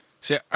See